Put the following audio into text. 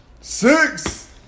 Six